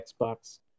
Xbox